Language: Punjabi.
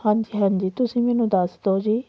ਹਾਂਜੀ ਹਾਂਜੀ ਤੁਸੀਂ ਮੈਨੂੰ ਦੱਸ ਦਿਉ ਜੀ